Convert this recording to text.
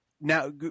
now